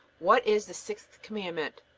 what is the sixth commandment?